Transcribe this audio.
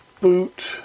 boot